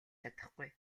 чадахгүй